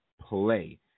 Play